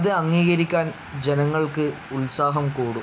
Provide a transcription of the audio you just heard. അത് അംഗീകരിക്കാൻ ജനങ്ങൾക്ക് ഉത്സാഹം കൂടും